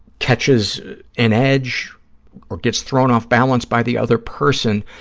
catches an edge or gets thrown off balance by the other person,